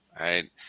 right